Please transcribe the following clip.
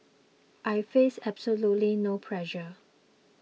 I face absolutely no pressure